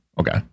Okay